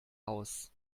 aus